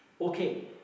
Okay